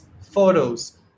photos